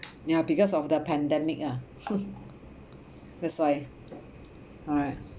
ya because of the pandemic ah that's why right